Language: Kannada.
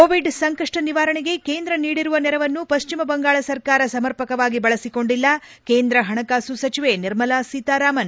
ಕೋವಿಡ್ ಸಂಕಪ್ಪ ನಿವಾರಣೆಗೆ ಕೇಂದ್ರ ನೀಡಿರುವ ನೆರವನ್ನು ಪಶ್ಚಿಮ ಬಂಗಾಳ ಸರ್ಕಾರ ಸಮರ್ಪಕವಾಗಿ ಬಳಸಿಕೊಂಡಿಲ್ಲ ಕೇಂದ್ರ ಹಣಕಾಸು ಸಚಿವೆ ನಿರ್ಮಲಾ ಸೀತಾರಾಮನ್